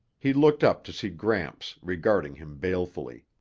he looked up to see gramps regarding him balefully.